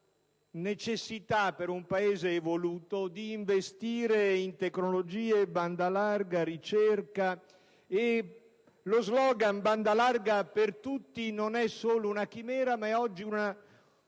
alla necessità per un Paese evoluto di investire in tecnologie, banda larga, ricerca. Lo slogan «banda larga per tutti» non è solo una chimera, ma è oggi un'assoluta